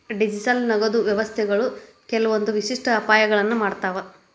digital ನಗದು ವ್ಯವಸ್ಥೆಗಳು ಕೆಲ್ವಂದ್ ವಿಶಿಷ್ಟ ಅಪಾಯಗಳನ್ನ ಮಾಡ್ತಾವ